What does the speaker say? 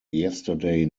yesterday